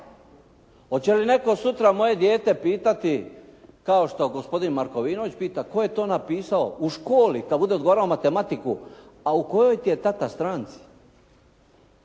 Hoće li netko sutra moje dijete pitati kao što gospodin Markovinović pita tko je to napisao u školi kad bude odgovarao matematiku, a u kojoj ti je tata stranci?